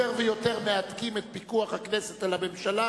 ויותר מהדקים את פיקוח הכנסת על הממשלה.